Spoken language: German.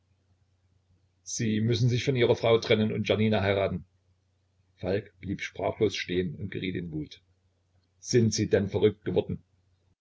sie müssen sich von ihrer frau trennen und janina heiraten falk blieb sprachlos stehen und geriet in wut sind sie denn verrückt geworden